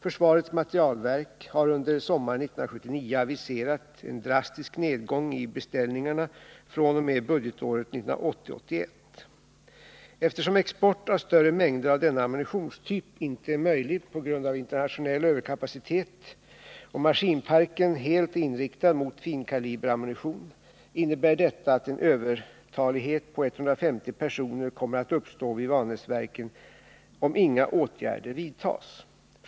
Försvarets materielverk har under sommaren 1979 aviserat en drastisk nedgång i beställningarna fr.o.m. budgetåret 1980/81. Eftersom export av större mängder av denna ammunitionstyp inte är möjlig på grund av internationell överkapacitet och eftersom maskinparken helt är inriktad mot finkaliberammunition, innebär detta att en övertalighet på 150 personer kommer att uppstå vid Vanäsverken om inga åtgärder vidtas.